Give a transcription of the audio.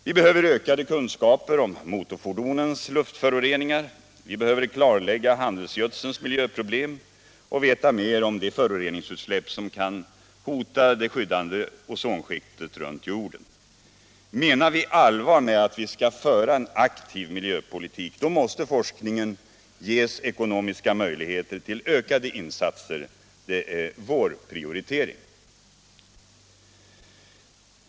Vi behöver ökade kunskaper om motorfordonens föroreningar, vi behöver klarlägga handelsgödselns miljöproblem och vi behöver veta mer om de föroreningsutsläpp som kan hota det skyddande ozonskiktet runt jorden. Menar vi allvar med att vi skall föra en aktiv miljöpolitik måste forskningen ges ekonomiska möjligheter till ökade insatser; det är vår prioritering.